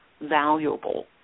valuable